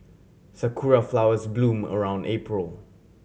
sakura flowers bloom around April